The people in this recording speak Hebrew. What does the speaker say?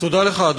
תודה לך.